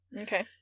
Okay